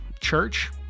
church